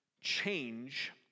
change